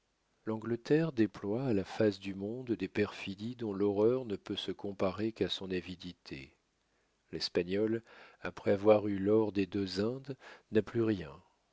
l'angleterre déploie à la face du monde des perfidies dont l'horreur ne peut se comparer qu'à son avidité l'espagnol après avoir eu l'or des deux indes n'a plus rien